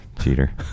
cheater